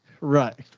Right